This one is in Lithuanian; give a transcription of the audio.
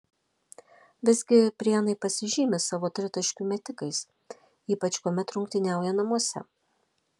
visgi prienai pasižymi savo tritaškių metikais ypač kuomet rungtyniauja namuose